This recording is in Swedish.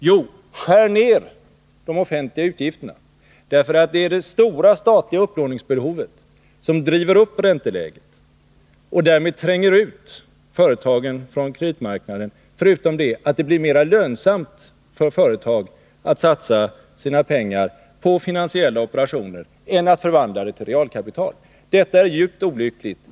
Jo, vi skall skära ner de offentliga utgifterna, för det är det stora statliga upplåningsbehovet som driver upp ränteläget och därmed tränger ut företagen från kreditmarknaden, förutom att det blir mera lönsamt för företag att satsa sina pengar på finansiella operationer än att förvandla dem till realkapital. Detta är djupt olyckligt.